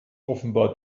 offenbar